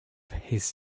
his